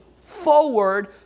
forward